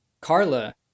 Carla